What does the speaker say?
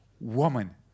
woman